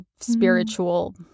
spiritual